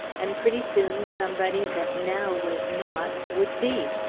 and pretty soon somebody that now was not, would be,